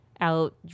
out